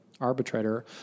arbitrator